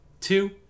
two